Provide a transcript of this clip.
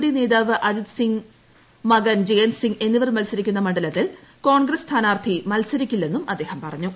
D നേതാവ് അജിത് സിംഗ് മകൻ ജയന്ത് സിംഗ് എന്നിവർ മൽസരിക്കുന്ന മണ്ഡലത്തിൽ കോൺഗ്രസ്സ് സ്ഥാനാർത്ഥി മത്സരിക്കില്ലെന്നും അദ്ദേഹം പറഞ്ഞു